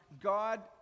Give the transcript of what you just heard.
God